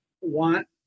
want